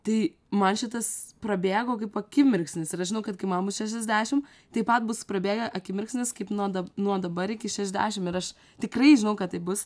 tai man šitas prabėgo kaip akimirksnis ir aš žinau kad kai man bus šešiasdešim taip pat bus prabėgę akimirksnis kaip nuo dab nuo dabar iki šešiasdešim ir aš tikrai žinau kad taip bus